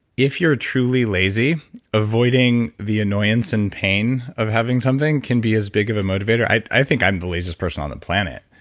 if you're truly lazy avoiding the annoyance and pain of having something can be as big of a motivator. i i think i'm the laziness person on the planet.